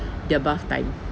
their bath time